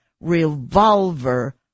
revolver